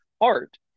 art